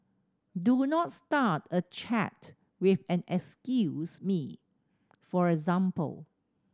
do not start a chat with an excuse me for example